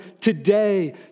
today